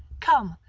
come,